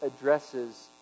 addresses